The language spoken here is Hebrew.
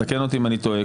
תקן אותי אם אני טועה,